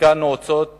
וחלקן נעוצות